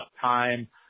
time